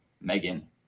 Megan